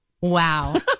Wow